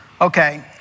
Okay